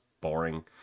boring